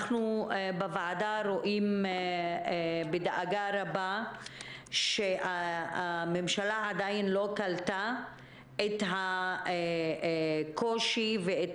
הוועדה רואה בדאגה רבה שהממשלה עדיין לא קלטה את הקושי ואת